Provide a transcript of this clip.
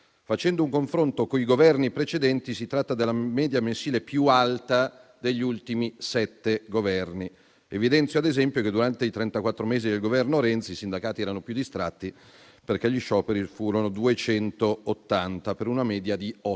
Facendo un confronto con i Governi precedenti, si tratta della media mensile più alta degli ultimi sette Governi. Evidenzio, ad esempio, che, durante i trentaquattro mesi del Governo Renzi, i sindacati erano più distratti, perché gli scioperi furono 280, per una media di